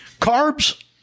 carbs